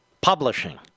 Publishing